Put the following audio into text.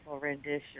rendition